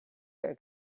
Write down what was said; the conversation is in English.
air